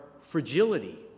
fragility